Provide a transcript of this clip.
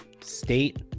state